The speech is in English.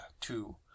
two